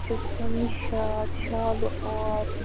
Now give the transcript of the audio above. اسہِ چھُ گژھُن نِشاط شالہٕ مور